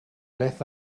beth